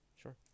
sure